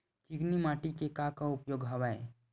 चिकनी माटी के का का उपयोग हवय?